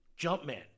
Jumpman